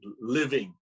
living